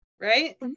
right